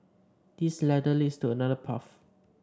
this ladder leads to another path